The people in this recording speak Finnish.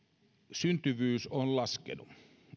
syntyvyys on laskenut